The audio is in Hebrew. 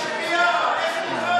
איך נקרא לו?